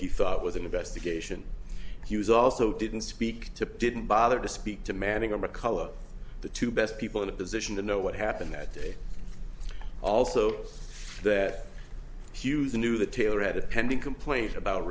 he thought was an investigation he was also didn't speak to didn't bother to speak to manning or mccullough the two best people in a position to know what happened that day also that hughes the new the tailor had a pending complaint about